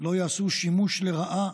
לא יעשו שימוש לרעה